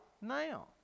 now